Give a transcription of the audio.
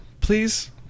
Please